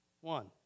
One